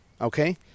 okay